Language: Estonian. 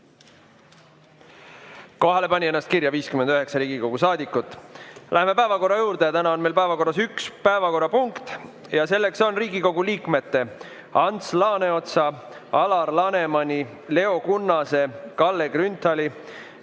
Kohalolijaks pani ennast kirja 59 Riigikogu saadikut. Läheme päevakorra juurde. Täna on meil päevakorras üks punkt: Riigikogu liikmete Ants Laaneotsa, Alar Lanemani, Leo Kunnase, Kalle Grünthali,